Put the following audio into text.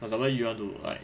for example you want to like